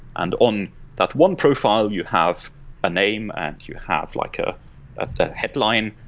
and on that one profile, you have a name and you have like ah the headline,